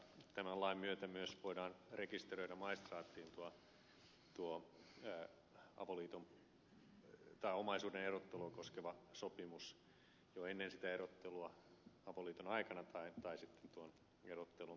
tämän lain myötä myös voidaan rekisteröidä maistraattiin tuo omaisuuden erottelua koskeva sopimus jo ennen sitä erottelua avoliiton aikana tai sitten tuon erottelun toimittamisen jälkeen